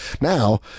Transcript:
Now